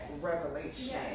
revelation